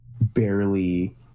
barely